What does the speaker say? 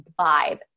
vibe